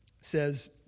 says